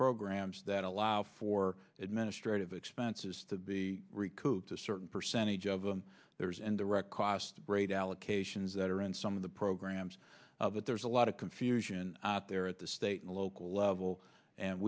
programs that allow for administrative expenses to be recouped a certain percentage of them there's an direct cost rate allocations that are in some of the programs that there's a lot of confusion out there at the state and local level and